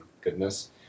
goodness